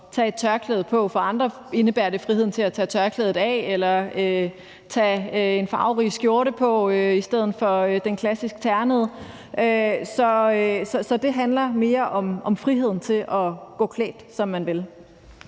tage et tørklæde på, for andre indebærer det friheden til at tage tørklædet af eller tage en farverig skjorte på i stedet for den klassiske ternede. Så det handler mere om friheden til at gå klædt, som man vil.